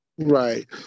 Right